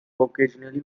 occasionally